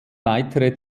weitere